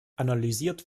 analysiert